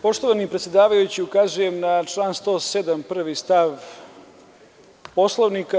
Poštovani predsedavajući, ukazujem na član 107. prvi stav Poslovnika.